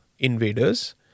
invaders